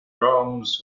drums